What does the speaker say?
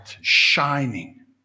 shining